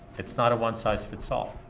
it's not a one size fits all.